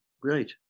great